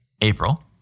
April